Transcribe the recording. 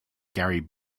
gary